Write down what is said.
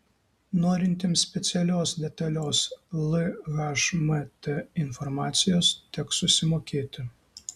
norintiems specialios detalios lhmt informacijos teks susimokėti